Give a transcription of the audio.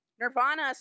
Nirvana